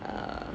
uh